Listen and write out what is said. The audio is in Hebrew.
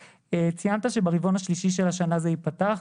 ציינת שברבעון השלישי של השנה זה ייפתח.